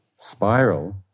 spiral